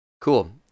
Cool